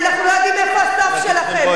אנחנו לא יודעים איפה הסוף שלכם,